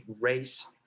race